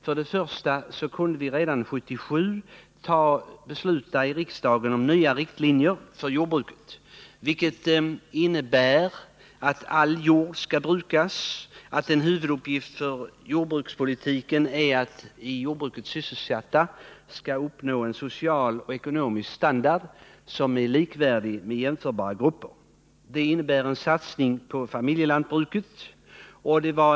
Först och främst kunde riksdagen redan 1977 besluta om nya riktlinjer för jordbruket, som innebär att all jord skall brukas och att en huvuduppgift för jordbrukspolitiken är att verka för att i jordbruket sysselsatta skall uppnå en social och ekonomisk standard som är likvärdig med jämförbara gruppers. Det innebär en satsning på familjelantbruket.